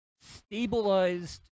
stabilized